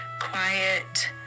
quiet